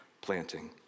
planting